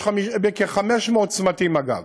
יש כ-500 צמתים, אגב,